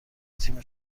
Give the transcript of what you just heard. تیم